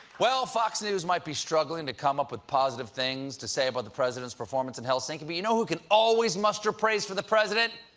well, fox news might be struggling to come up with positive things to say about the president's performance in helsinki. but you know who can always muster praise for the president,